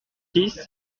six